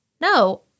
No